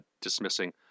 dismissing